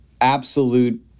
absolute